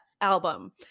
album